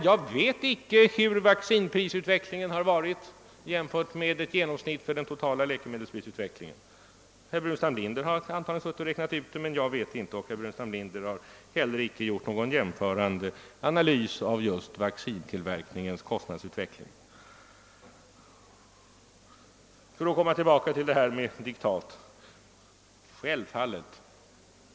Jag vet icke hur vaccinprisutvecklingen varit i jämförelse med prisutvecklingen för läkemedlen i övrigt. Herr Burenstam Linder har antagligen räknat ut den saken. Men jag vet ingenting om detta, och herr Burenstam Linder har inte heller redovisat någon jämförande analys av kostnadsutvecklingen när det gäller vaccintillverkningen. Låt mig komma tillbaka till frågan om diktat.